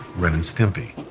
ren and stimpy,